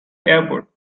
airport